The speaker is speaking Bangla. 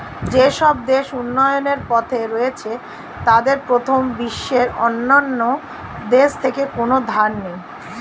যেসব দেশ উন্নয়নের পথে রয়েছে তাদের প্রথম বিশ্বের অন্যান্য দেশ থেকে কোনো ধার নেই